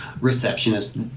receptionist